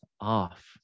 off